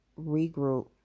regroup